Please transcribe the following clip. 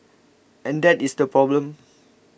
and that is the problem